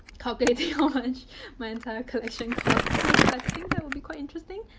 calculating how much my entire collection costs cause i think that would be quite interesting.